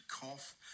cough